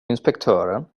inspektören